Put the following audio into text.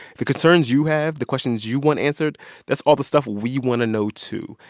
the concerns you have, the questions you want answered, that's all the stuff we want to know too.